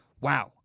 Wow